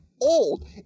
old